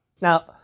Now